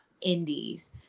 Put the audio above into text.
indies